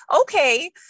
okay